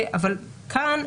אבל כאן,